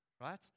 right